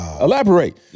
elaborate